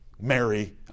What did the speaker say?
Mary